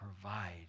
provide